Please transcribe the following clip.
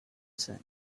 sand